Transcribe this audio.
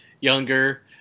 younger